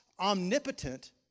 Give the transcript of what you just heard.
omnipotent